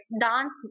dance